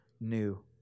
new